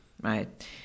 right